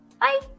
Bye